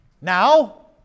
Now